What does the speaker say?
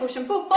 um shampoo, but